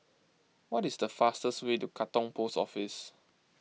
what is the fastest way to Katong Post Office